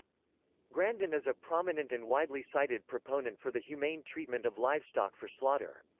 grandin is a prominent and widely cited proponent for the humane treatment of livestock for slaughter.